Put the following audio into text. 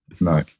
no